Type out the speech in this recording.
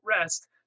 rest